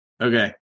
Okay